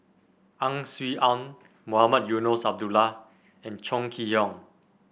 Ang Swee Aun Mohamed Eunos Abdullah and Chong Kee Hiong